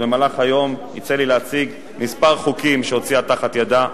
שבמהלך היום יצא לי להציג כמה חוקים שהיא הוציאה מתחת ידה,